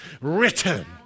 written